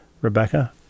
Rebecca